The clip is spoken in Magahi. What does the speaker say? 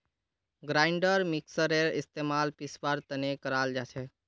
ग्राइंडर मिक्सरेर इस्तमाल पीसवार तने कराल जाछेक